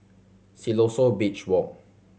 Siloso Beach Walk